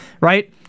right